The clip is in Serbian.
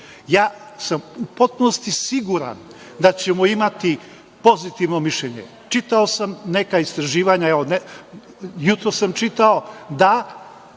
sam u potpunosti siguran da ćemo imati pozitivno mišljenje. Čitao sam neka istraživanja, jutros sam čitao da